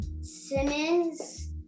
Simmons